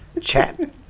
chat